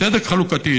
צדק חלוקתי.